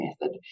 method